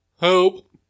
Help